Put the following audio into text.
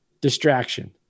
distraction